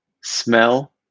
smell